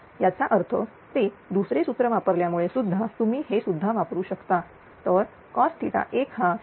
याचा अर्थ ते दुसरेसूत्र वापरल्यामुळे सुद्धा तुम्ही हे सुद्धा वापरू शकता तरcos1 हा0